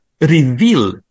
reveal